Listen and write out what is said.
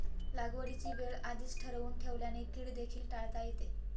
लागवडीची वेळ आधीच ठरवून ठेवल्याने कीड देखील टाळता येते